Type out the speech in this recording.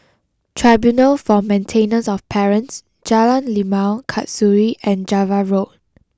Tribunal for Maintenance of Parents Jalan Limau Kasturi and Java Road